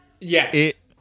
yes